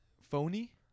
Phony